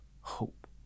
hope